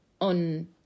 on